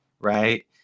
right